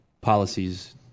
policies